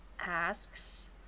asks